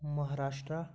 Maharashtra